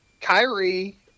Kyrie